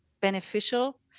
beneficial